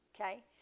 okay